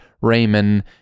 Raymond